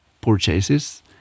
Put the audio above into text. purchases